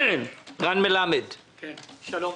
שלום.